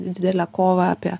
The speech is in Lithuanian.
didelę kovą apie